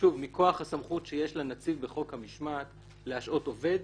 מכוח הסמכות שיש לנציב בחוק המשמעת להשעות עובד